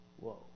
Whoa